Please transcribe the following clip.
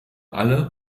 alle